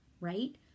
right